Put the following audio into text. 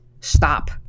stop